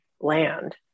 land